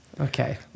Okay